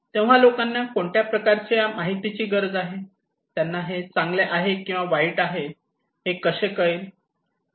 तेव्हा लोकांना कोणत्या प्रकारच्या माहितीची गरज आहे त्यांना हे चांगले आहे किंवा वाईट आहे हे कसे कळेल